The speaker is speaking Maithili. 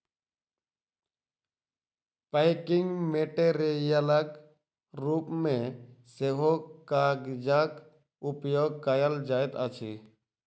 पैकिंग मेटेरियलक रूप मे सेहो कागजक उपयोग कयल जाइत अछि